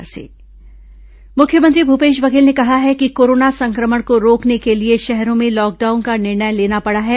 मुख्यमंत्री संदेश मुख्यमंत्री भूपेश बघेल ने कहा है कि कोरोना संक्रमण को रोकने के लिए शहरों में लॉकडाउन का निर्णय लेना पड़ा है